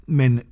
men